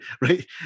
right